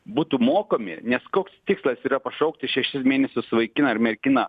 būtų mokami nes koks tikslas yra pašaukti šešis mėnesius vaikiną ar merginą